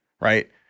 right